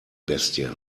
bestie